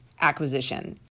acquisition